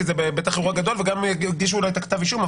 כי זה בטח אירוע גדול וגם יגישו אולי את כתב האישום,